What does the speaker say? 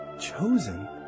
chosen